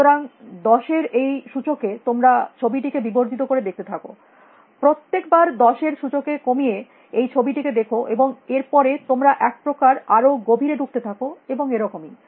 সুতরাং 10 এর এই সূচকে তোমরা ছবিটিকে বিবর্ধিত করে দেখতে থাকো প্রত্যেক বার 10 এর সূচককে কমিয়ে এই ছবিটিকে দেখো এবং এর পরে তোমরা এক প্রকার আরো গভীরে ঢুকতে থাকো এবং এরকমই